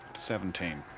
seventeen